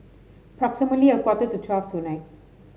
approximately a quarter to twelve tonight